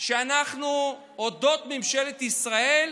שאנחנו, הודות לממשלת ישראל,